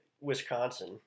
wisconsin